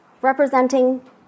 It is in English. representing